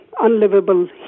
unlivable